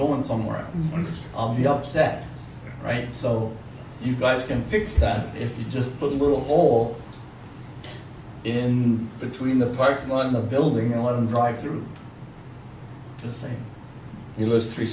going somewhere on the upset right so you guys can fix that if you just put a little hole in between the parking lot of the building a lot and drive through this thing you list three